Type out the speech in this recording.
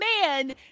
man